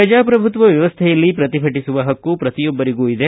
ಪ್ರಜಾಪ್ರಭುತ್ವ ವ್ಯವಸ್ಥೆಯಲ್ಲಿ ಪ್ರತಿಭಟಸುವ ಹಕ್ಕು ಪ್ರತಿಯೊಬ್ಬರಿಗೂ ಇದೆ